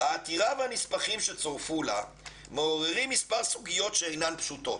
"העתירה והנספחים שצורפו לה מעוררים מספר סוגיות שאינן פשוטות.